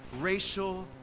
racial